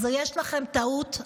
אז יש לכם טעות.